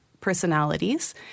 personalities